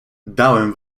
dałem